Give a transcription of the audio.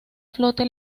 flote